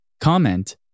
comment